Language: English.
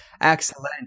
Excellent